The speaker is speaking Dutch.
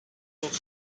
tot